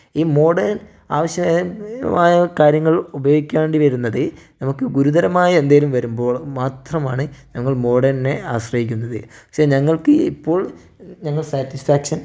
ഈ മോഡേൺ ആവശ്യമായ കാര്യങ്ങൾ ഉപയോഗിക്കേണ്ടി വരുന്നത് നമുക്ക് ഗുരുതരമായ എന്തെങ്കിലും വരുമ്പോൾ മാത്രമാണ് ഞങ്ങൾ മോഡേണിനെ ആശ്രയിക്കുന്നത് പക്ഷേ ഞങ്ങൾക്ക് ഇപ്പോൾ ഞങ്ങൾ സാറ്റിസ്ഫാക്ഷൻ